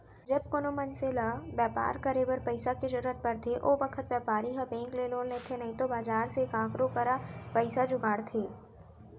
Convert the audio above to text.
जब कोनों मनसे ल बैपार करे बर पइसा के जरूरत परथे ओ बखत बैपारी ह बेंक ले लोन लेथे नइतो बजार से काकरो करा पइसा जुगाड़थे